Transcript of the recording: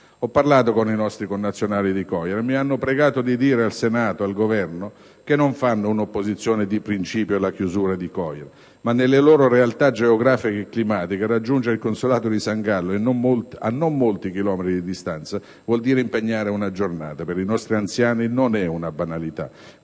Ho parlato con i nostri connazionali di Coira e mi hanno pregato di dire al Senato e al Governo che non fanno un'opposizione di principio alla chiusura di Coira, ma nella loro realtà geografica e climatica raggiungere il consolato di San Gallo, a non molti chilometri di distanza, vuol dire impegnare una giornata intera, cosa che per i nostri anziani non è una banalità.